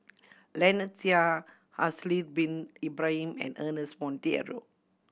Lynnette Seah Haslir Bin Ibrahim and Ernest Monteiro